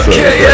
Okay